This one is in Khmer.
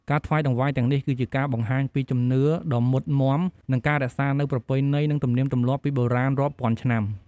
ការថ្វាយតង្វាយទាំងនេះ គឺជាការបង្ហាញពីជំនឿដ៏មុតមាំ និងការរក្សានូវ ប្រពៃណី និងទំនៀមទម្លាប់ពីបុរាណរាប់ពាន់ឆ្នាំ។